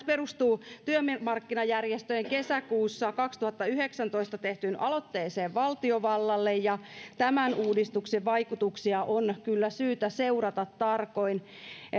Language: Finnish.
perustuu työmarkkinajärjestöjen kesäkuussa kaksituhattayhdeksäntoista tehtyyn aloitteeseen valtiovallalle ja uudistuksen vaikutuksia on kyllä syytä seurata tarkoin